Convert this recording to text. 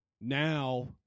now